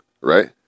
right